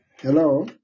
hello